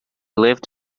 lived